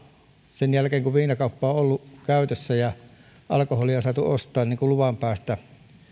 sen jälkeen kun viinakauppa on ollut käytössä ja alkoholia on saatu ostaa luvan päästä alkoholinkulutus on ollut suomessa alhaisimmillaan